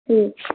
ਠੀਕ